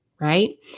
right